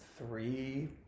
three